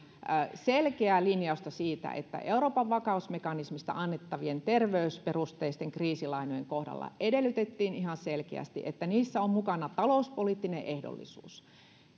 selkeää linjausta siitä että euroopan vakausmekanismista annettavien terveysperusteisten kriisilainojen kohdalla edellytettiin ihan selkeästi että niissä on mukana talouspoliittinen ehdollisuus